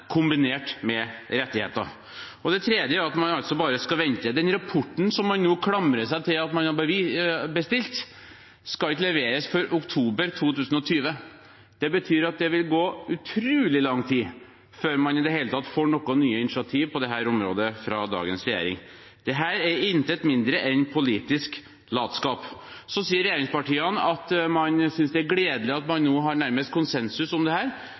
kombinert med rettigheter. Det tredje er at man bare skal vente. Rapporten som man nå klamrer seg til at man har bestilt, skal ikke leveres før i oktober 2020. Det betyr at det vil gå utrolig lang tid før man i det hele tatt får noen nye initiativer på dette området fra dagens regjering. Dette er intet mindre enn politisk latskap. Så sier regjeringspartiene at man synes det er gledelig at man nå nærmest har konsensus om dette. Det